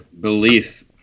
belief